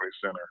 Center